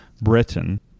Britain